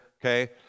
okay